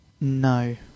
No